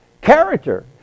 Character